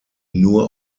nur